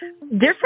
Different